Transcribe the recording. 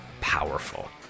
powerful